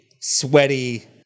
sweaty